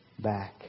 back